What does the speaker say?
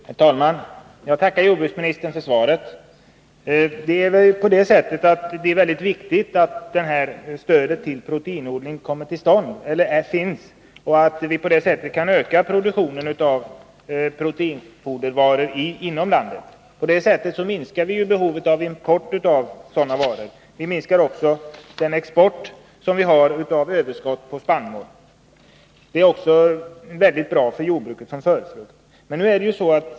Herr talman! Jag tackar jordbruksministern för svaret. Stödet till proteinodlingen är mycket viktigt. På det sättet kan vi öka produktionen av proteinfodervaror inom landet. Härigenom minskar vi behovet av import av sådana varor. Vi minskar också den export vi tvingas ha av spannmålsöverskottet. Det är också bra för jordbruket.